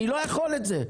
אני לא יכול את זה.